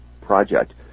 project